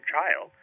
child